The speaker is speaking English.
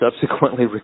subsequently